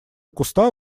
куста